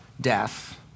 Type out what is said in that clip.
death